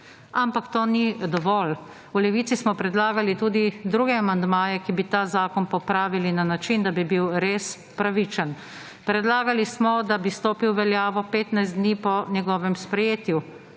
Ampak to ni dovolj. v Levici smo predlagali tudi druge amandmaje, ki bi ta zakon popravili na način, da bi bil res pravičen. Predlagali smo, da bi stopil v veljavo 15 dni po njegovem sprejetju,